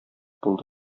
булды